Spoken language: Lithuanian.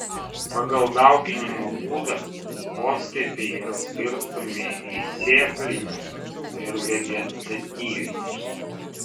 pagal dauginimo būdą poskiepiai yra skirstomi į sėklinius ir vegetatyvinius